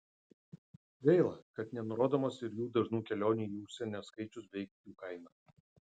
gaila kad nenurodomas ir jų dažnų kelionių į užsienį skaičius bei jų kaina